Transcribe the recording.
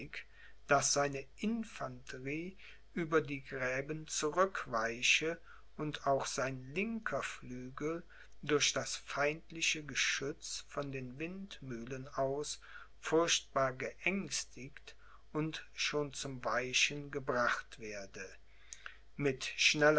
daß seine infanterie über die gräben zurückweiche und auch sein linker flügel durch das feindliche geschütz von den windmühlen aus furchtbar geängstigt und schon zum weichen gebracht werde mit schneller